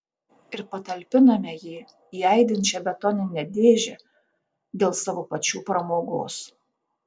ir patalpiname jį į aidinčią betoninę dėžę dėl savo pačių pramogos